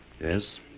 Yes